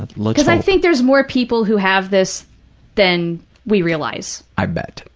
ah like because i think there's more people who have this than we realize. i bet,